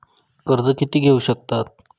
कर्ज कीती घेऊ शकतत?